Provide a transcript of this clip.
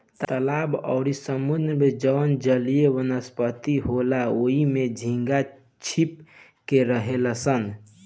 तालाब अउरी समुंद्र में जवन जलीय वनस्पति होला ओइमे झींगा छुप के रहेलसन